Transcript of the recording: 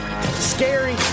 Scary